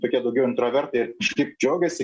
tokie daugiau intravertai šiaip džiaugiasi